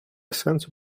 сенсу